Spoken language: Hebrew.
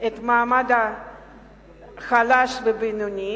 את המעמד החלש והבינוני,